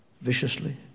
viciously